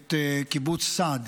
את קיבוץ סעד